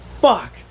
fuck